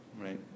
right